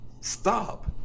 Stop